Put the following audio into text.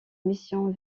mission